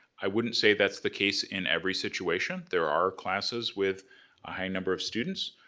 i wouldn't say that's the case in every situation. there are classes with a high number of students.